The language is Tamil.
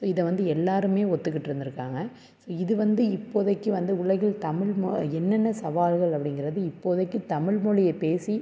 ஸோ இதை வந்து எல்லோருமே ஒத்துக்கிட்டு இருந்திருக்காங்க ஸோ இது வந்து இப்போதைக்கு வந்து உலகில் தமிழ் மொ என்னென்ன சவால்கள் அப்படிங்கிறது இப்போதைக்கு தமிழ்மொழியை பேசி